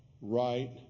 right